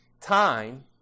time